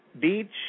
Beach